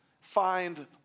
find